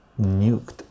nuked